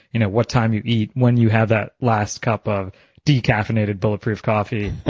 you know what time you eat, when you have that last cup of decaffeinated bulletproof coffee,